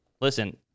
Listen